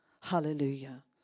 Hallelujah